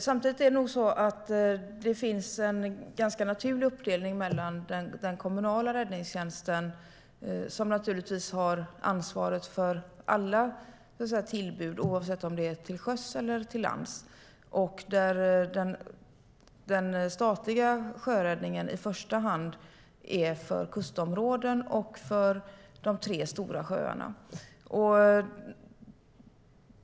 Samtidigt finns en naturlig uppdelning mellan den kommunala räddningstjänsten, som har ansvaret för alla tillbud oavsett om de är till sjöss eller till lands, och den statliga sjöräddningen, som i första hand är för kustområden och för de tre stora sjöarna.